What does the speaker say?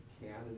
Canada